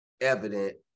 evident